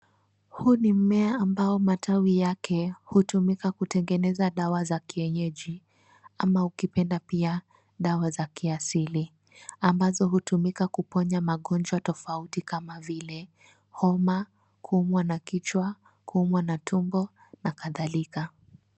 Huu ni mmea ambao matawi yake hutumika kutengeneza dawa za kienyeji, ama ukipenda pia dawa za kiasili, ambazo hutumika kuponya magonjwa tofauti kama vile homa, kuumwa na kichwa, kuumwa na tumbo na kadhalika.